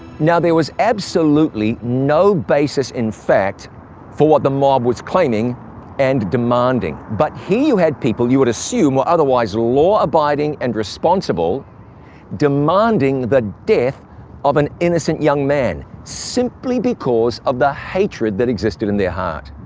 now, there was absolutely no basis in fact for what the mob was claiming and demanding. but here you had people you would assume were otherwise law-abiding and responsible demanding the death of an innocent young man simply because of the hatred that existed in their heart.